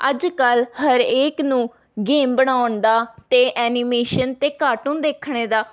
ਅੱਜ ਕੱਲ੍ਹ ਹਰੇਕ ਨੂੰ ਗੇਮ ਬਣਾਉਣ ਦਾ ਅਤੇ ਐਨੀਮੇਸ਼ਨ ਅਤੇ ਕਾਰਟੂਨ ਦੇਖਣੇ ਦਾ